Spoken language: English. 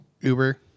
Uber